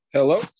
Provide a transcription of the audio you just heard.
Hello